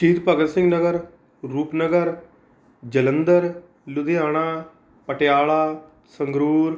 Shaheed Bhagat Singh Nagar Rupnagar Jalandhar Ludhiana Patiala Sangrur